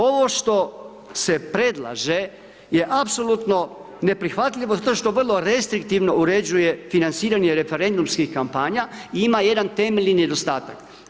Ovo što se predlaže je apsolutno neprihvatljivo, zato što vrlo restriktivno uređuje financiranje referendumskih kampanja, i ima jedan temeljni nedostatak.